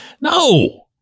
No